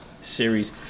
series